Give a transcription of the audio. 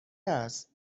است